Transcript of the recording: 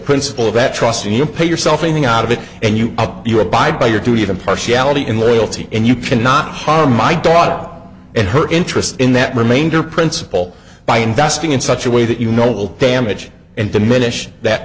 principal of that trust and you pay yourself meaning out of it and you you abide by your duty of impartiality and loyalty and you can not harm my daughter and her interest in that remainder principle by investing in such a way that you know will damage and diminish that